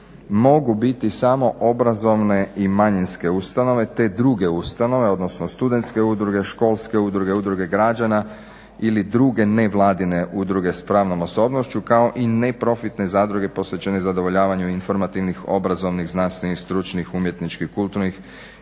mogu biti samo obrazovne i manjinske ustanove te druge ustanove, odnosno studentske udruge, školske udruge, udruge građana ili druge nevladine udruge s pravnom osobnošću kao i neprofitne zadruge posvećene zadovoljavanju informativnih, obrazovnih, znanstvenih, stručnih, umjetničkih, kulturnih